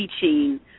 teaching